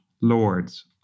lords